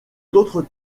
d’autres